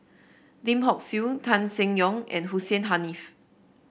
Lim Hock Siew Tan Seng Yong and Hussein Haniff